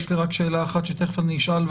יש לי רק שאלה אחת שתיכף אני אשאל,